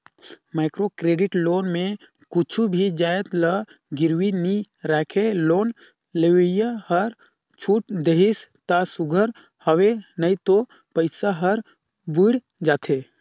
micro credit loan में कुछु भी जाएत ल गिरवी नी राखय लोन लेवइया हर छूट देहिस ता सुग्घर हवे नई तो पइसा हर बुइड़ जाथे